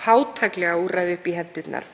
fátæklega úrræði upp í hendurnar.